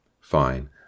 Fine